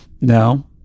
No